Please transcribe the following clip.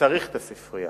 שצריך את הספרייה.